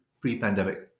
pre-pandemic